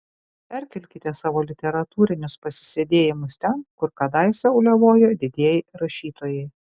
perkelkite savo literatūrinius pasisėdėjimus ten kur kadaise uliavojo didieji rašytojai